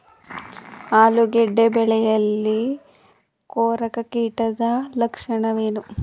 ಆಲೂಗೆಡ್ಡೆ ಬೆಳೆಯಲ್ಲಿ ಕೊರಕ ಕೀಟದ ಲಕ್ಷಣವೇನು?